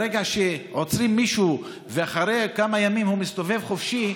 ברגע שעוצרים מישהו ואחרי כמה ימים הוא מסתובב חופשי,